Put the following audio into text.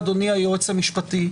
אדוני היועץ המשפטי,